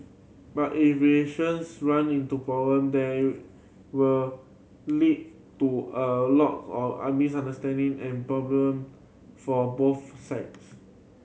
but if relations run into problem they will lead to a lots of misunderstanding and problem for both sides